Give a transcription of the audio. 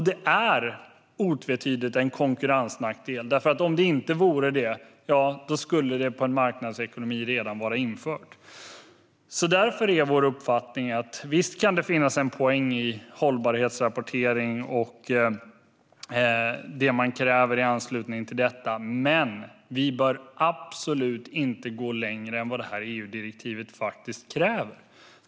Det är otvetydigt en konkurrensnackdel - om det inte vore det skulle det, i en marknadsekonomi, redan vara infört. Därför är vår uppfattning att det visst kan finnas en poäng i hållbarhetsrapportering och det man kräver i anslutning till detta, men vi bör absolut inte gå längre än vad det här EU-direktivet kräver.